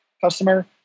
customer